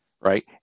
right